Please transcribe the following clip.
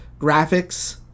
graphics